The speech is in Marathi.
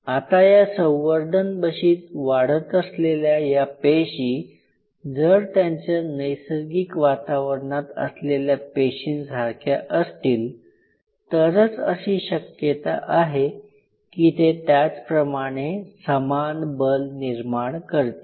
आता या संवर्धन बशीत वाढत असलेल्या या पेशी जर त्यांच्या नैसर्गिक वातावरणात असलेल्या पेशींसारख्या असतील तरच अशी शक्यता आहे की ते त्याचप्रमाणे समान बल निर्माण करतील